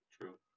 True